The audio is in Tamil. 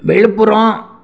விழுப்புரம்